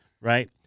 Right